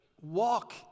walk